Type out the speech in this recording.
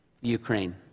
Ukraine